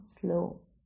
slow